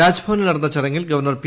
രാജ്ഭവനിൽ നടന്ന ചടങ്ങിൽ ഗവർണർ പി